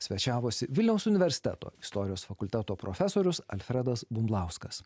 svečiavosi vilniaus universiteto istorijos fakulteto profesorius alfredas bumblauskas